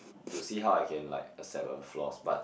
to see how I can like accept her flaws but